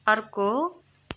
अर्को